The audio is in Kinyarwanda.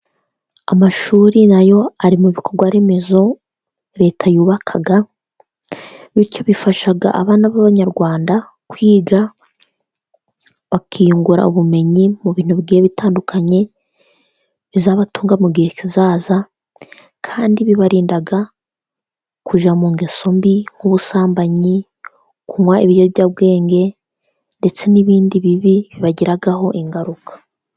Amashuri na yo ari mu bikorwaremezo leta yubaka, bityo bifasha abana b'Abanyarwanda kwiga bakinyungura ubumenyi mu bintu bigiye bitandukanye, bizabatunga mu gihe kizaza, kandi bibarinda kujya mu ngeso mbi nk'ubusambanyi, kunywa ibiyobyabwenge ndetse n'ibindi bibi bibagiraho ingaruka.